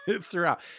Throughout